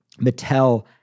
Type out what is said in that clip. Mattel